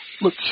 Look